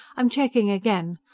i'm checking again.